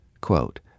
Quote